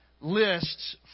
lists